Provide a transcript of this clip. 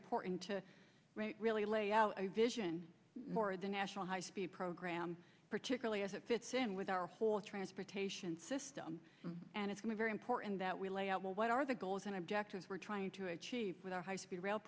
important to really lay out a vision for the national high speed program particularly as it fits in with our whole transportation system and it's very important that we lay out well what are the goals and objectives we're trying to achieve with our high speed rail